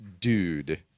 dude